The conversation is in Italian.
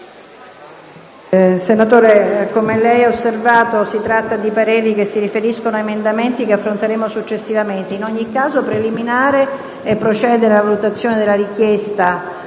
Senatore Palma, come lei ha osservato, si tratta di pareri che si riferiscono ad emendamenti che affronteremo successivamente. In ogni caso, è preliminare procedere alla valutazione della richiesta